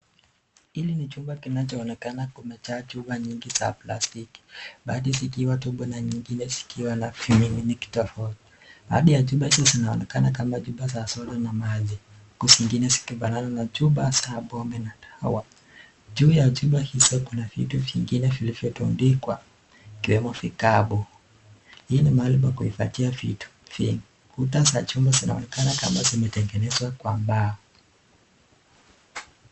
Hili ni chumba kinachoonekana kumejaa chupa nyingi za plastiki. Baadhi zikiwa tupu na nyingine zikiwa na vimiminiki tofauti. Baadhi ya chupa hizo zinaonekana kama chupa za soda na maji huku zingine zikifanana na chupa za pombe na dawa. Juu ya chupa hizo kuna vitu vingine vilivyotundikwa, ikiwemo vikapu. Hii ni mahali pa kufuatilia vitu, vikuta za chumba zinaonekana kama zimetengenezwa kwa mbao.